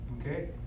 Okay